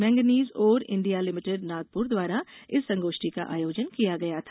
manganese ore India limited Nagpur द्वारा इस संगोष्ठी का आयोजन किया गया था